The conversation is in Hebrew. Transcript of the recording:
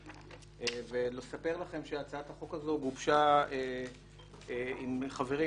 ולספר לכם שהצעת החוק הזו גובשה עם חברים,